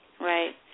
Right